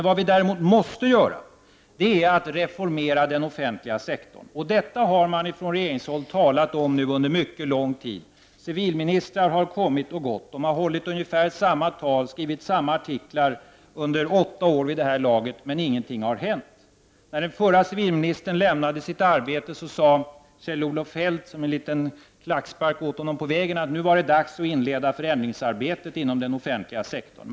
Vad vi däremot måste göra är att reformera den offentliga sektorn. Detta har man från regeringshåll talat om under mycket lång tid. Civilministrar har kommit och gått. De har hållit ungefär samma tal och skrivit samma artiklar under — vid det här laget — åtta år, men ingenting har hänt. När den förra civilministern lämnade sitt arbete sade Kjell-Olof Feldt som en liten klackspark åt honom på vägen att det nu var dags att inleda förändringsarbetet inom den offentliga sektorn.